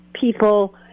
people